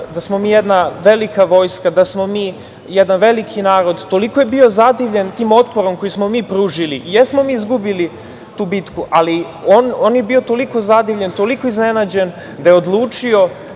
da smo mi jedna velika vojska, da smo mi jedan veliki narod i toliko je bio zadivljen tim otporom koji smo mi pružili, jesmo mi izgubili tu bitku, ali on je bio toliko zadivljen i iznenađen da je odlučio